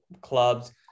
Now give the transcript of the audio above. clubs